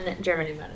Germany